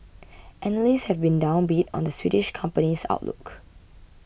analysts have been downbeat on the Swedish company's outlook